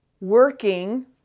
working